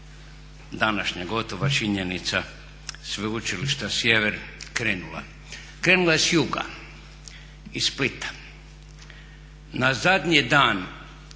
današnja gotova činjenica Sveučilišta Sjever krenula? Krenula je s juga, iz Splita. Na zadnji dan